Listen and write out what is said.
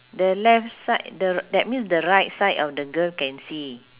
the left side the that means the right side of the girl can see